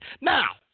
Now